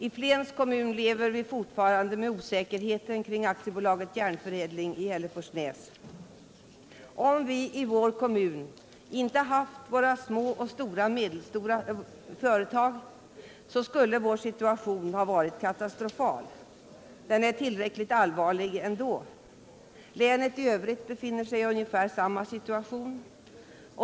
I Flens kommun lever vi fortfarande med osäkerheten kring AB Järnförädling i Hälleforsnäs. Om vi i vår kommun = Nr 56 inte haft våra små och medelstora företag skulle vår situation ha varit Lördagen den katastrofal. Den är tillräckligt allvarlig ändå. 17 december 1977 Länet i övrigt befinner sig i ungefär samma situation.